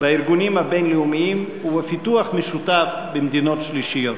בארגונים הבין-לאומיים ובפיתוח משותף במדינות שלישיות.